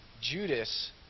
Judas